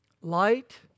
light